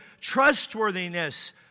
trustworthiness